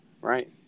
right